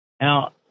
Now